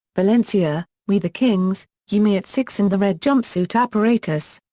valencia, we the kings, you me at six and the red jumpsuit apparatus.